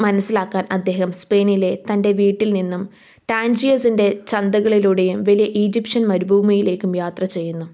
മനസ്സിലാക്കാൻ അദ്ദേഹം സ്പെയിനിലെ തൻ്റെ വീട്ടിൽ നിന്നും ടാഞ്ചിയോസിൻ്റെ ചന്തകളിലൂടെയും വലിയ ഈജിപ്ഷ്യൻ മരുഭൂമിയിലേക്കും യാത്ര ചെയ്യുന്നു